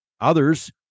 Others